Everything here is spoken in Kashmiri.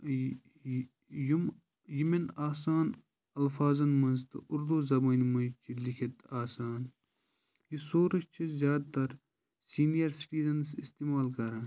یِم یِمَن آسان الفاظن منٛز تہٕ اُردو زبٲنۍ منٛز چھِ لیٚکھِتھ آسان یہِ سورُس چھِ زیادٕ تَر سیٖنِیَر سِٹِزَنٕز اِستعمال کَران